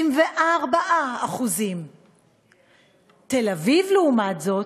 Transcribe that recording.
24%; בתל-אביב, לעומת זאת,